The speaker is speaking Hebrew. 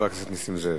חבר הכנסת נסים זאב,